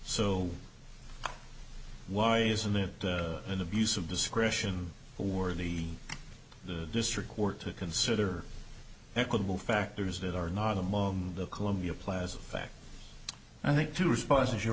so why isn't it an abuse of discretion for the district court to consider equitable factors that are not among the columbia plaza fact i think two responses you're